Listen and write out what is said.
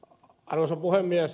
arvoisa puhemies